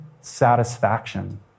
satisfaction